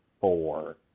four